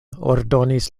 ordonis